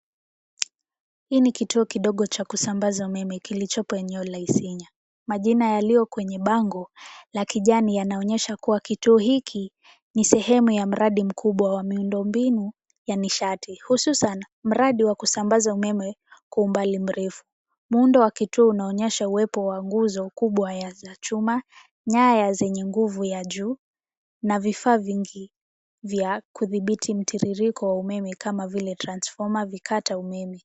Hii ni kituo kidogo cha kusambaza umeme kilicho kwa eneo ya Isinya. Majina yalio kwenye bango ya kijani yanaonyesha kuwa kituo hiki ni sehemu ya mradi mkubwa wa miundo mbinu ya nishati. Hususani, mradi wa kusambaza umeme kwa umbali mrefu. Muundo wa kituo unaonyesha uwepo wa nguzo kubwa za chuma ,nyaya zenye nguvu ya juu na vifaa vingi vya kudhibiti mtiririko wa umeme kama vile transfoma, vikata umeme.